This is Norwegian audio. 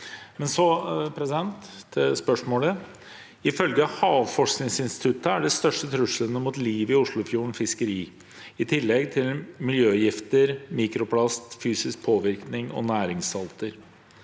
«Ifølge Havforskningsinstituttet er de største truslene mot livet i Oslofjorden fiskeri, i tillegg til miljøgifter, mikroplast, fysisk påvirkning og næringssalter.